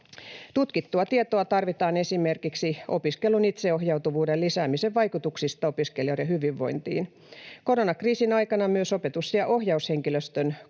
Tutkittua tietoa tarvitaan esimerkiksi opiskelun itseohjautuvuuden lisäämisen vaikutuksista opiskelijoiden hyvinvointiin. Koronakriisin aikana myös opetus- ja ohjaushenkilöstön